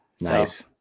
Nice